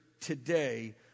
today